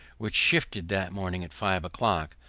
which shifted that morning at five o'clock,